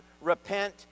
repent